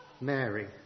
Mary